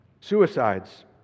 suicides